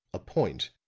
a point,